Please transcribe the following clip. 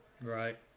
Right